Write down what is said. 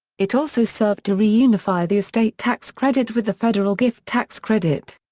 it also served to reunify the estate tax credit with the federal gift tax credit.